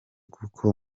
kuko